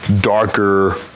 darker